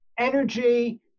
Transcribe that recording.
Energy